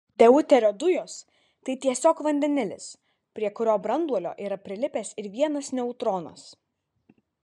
deuterio dujos tai tiesiog vandenilis prie kurio branduolio yra prilipęs ir vienas neutronas